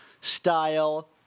style